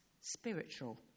spiritual